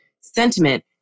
sentiment